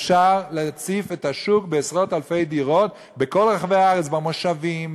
אפשר להציף את השוק בעשרות-אלפי דירות בכל רחבי הארץ: במושבים,